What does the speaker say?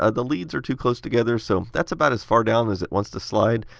ah the leads are too close together. so that's about as far down as it wants to slide.